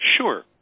Sure